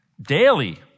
daily